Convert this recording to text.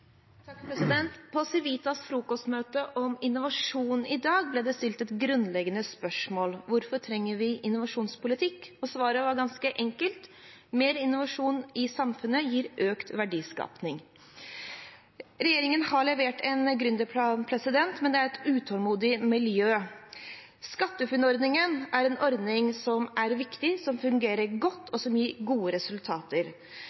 På Civitas frokostmøte om innovasjon i dag ble det stilt et grunnleggende spørsmål: Hvorfor trenger vi innovasjonspolitikk? Og svaret var ganske enkelt: Mer innovasjon i samfunnet gir økt verdiskapning. Regjeringen har levert en gründerplan, men det er et utålmodig miljø. SkatteFUNN-ordningen er en ordning som er viktig, som fungerer godt,